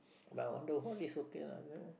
but on the whole is okay ah the